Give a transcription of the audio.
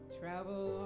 travel